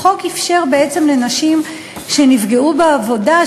אפשר לנשים שנפגעו בעבודה,